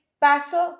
Paso